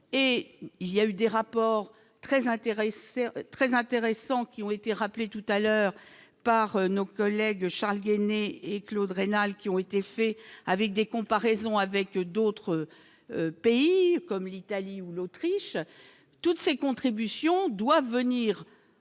il y a eu des rapports très intéressés, très intéressants, qui ont été rappelé tout à l'heure par nos collègues, Charles Guené et Claude rénal qui ont été faits avec des comparaisons avec d'autres pays comme l'Italie ou l'Autriche, toutes ces contributions doivent venir